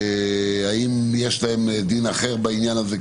האם יש להם דין אחר בעניין הזה?